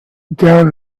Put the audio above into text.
down